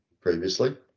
previously